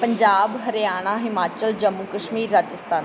Punjab Haryana Himachal Jammu Kashmir Rajasthan